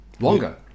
longer